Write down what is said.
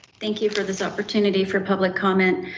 thank you for this opportunity for public comment.